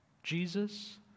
Jesus